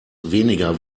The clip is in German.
weniger